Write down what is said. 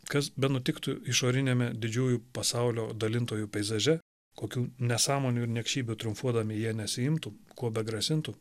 kas benutiktų išoriniame didžiųjų pasaulio dalintojų peizaže kokių nesąmonių ir niekšybių triumfuodami jie nesiimtų kuo begrasintų